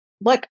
Look